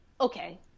okay